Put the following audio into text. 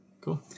cool